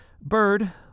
Bird